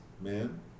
man